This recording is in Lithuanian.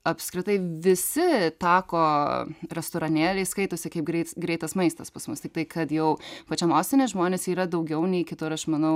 apskritai visi tako restoranėliai skaitosi kaip greitas maistas pas mus tiktai kad jau pačiam ostine žmonės yra daugiau nei kitur aš manau